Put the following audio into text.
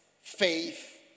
faith